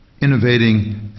innovating